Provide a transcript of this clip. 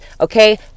Okay